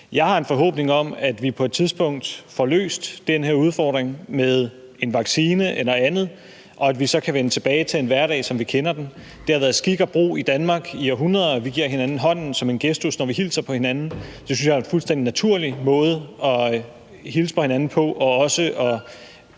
Jeg har en forhåbning om, at vi på et tidspunkt får løst den her udfordring med en vaccine eller andet, og at vi så kan vende tilbage til hverdagen, som vi kender den. Det har været skik og brug i Danmark i århundreder, at vi giver hinanden hånden som en gestus, når vi hilser på hinanden. Det synes jeg er en fuldstændig naturlig måde at hilse på hinanden på og også at